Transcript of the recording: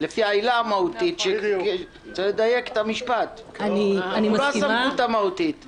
היא בעיניי משליכה גם על עילת החסינות המהותית,